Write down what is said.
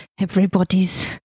everybody's